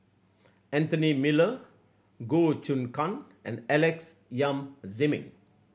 Anthony Miller Goh Choon Kang and Alex Yam Ziming